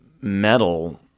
metal